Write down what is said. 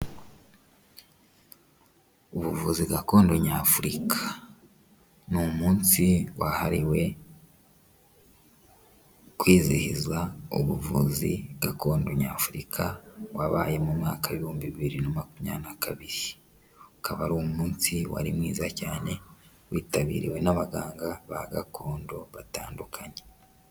Ubuvuzi gakondo nyafurika, ni umunsi wahariwe kwizihiza ubuvuzi gakondo nyafurika, wabaye mu mwaka w'ibihumbi bibiri na makumyabiri na kabiri, ukaba ari umunsi wari mwiza cyane witabiriwe n'abaganga ba gakondo batandukanye.